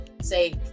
say